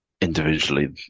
Individually